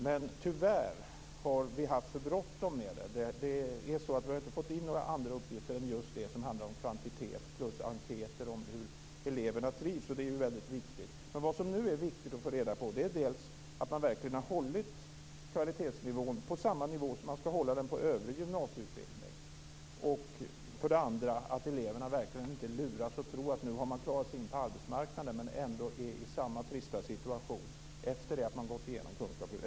Men tyvärr har vi haft för bråttom med det. Vi har ju inte fått in några andra uppgifter än just det som handlar om kvantitet samt enkäter om hur eleverna trivs, och det är ju väldigt viktigt. Men vad som nu är viktigt är dels att få reda på att man verkligen har hållit kvalitetsnivån på samma nivå som i övrig gymnasieutbildning, dels att eleverna inte luras att tro att de nu har klarat sig in på arbetsmarknaden och sedan ändå är i samma trista situation efter det att de gått igenom kunskapslyftet.